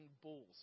bulls